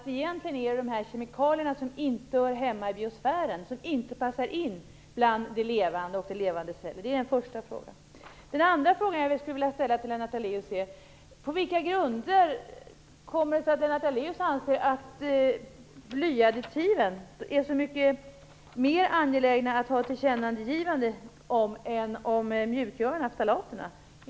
De kemikalier som inte hör hemma i biosfären passar inte in bland de levande och de levande cellerna. Det var min första fråga. Den andra frågan jag skulle vilja ställa till Lennart Daléus är: På vilka grunder anser Lennart Daléus att det är så mycket mera angeläget att göra ett tillkännagivanden om blyadditiven än om de mjukgörande ftalaterna?